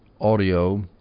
audio